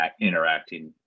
interacting